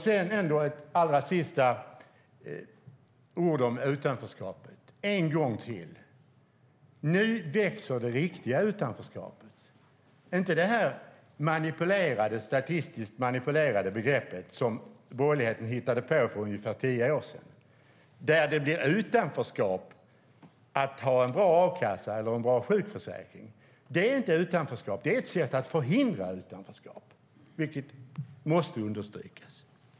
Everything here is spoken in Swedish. Sedan ett allra sista ord om utanförskapet, en gång till: Nu växer det riktiga utanförskapet - inte det statistiskt manipulerade begrepp som borgerligheten hittade på för ungefär tio år sedan, där det blir utanförskap att ha en bra a-kassa eller en bra sjukförsäkring. Det är ju inte utanförskap, utan det är ett sätt att förhindra utanförskap - det måste understrykas.